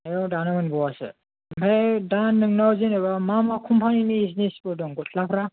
आयु दानो मोनबावासो ओमफ्राय दा नोंनाव जेनबा मा मा कम्पानिनि जिनिसफोर दं गस्लाफ्रा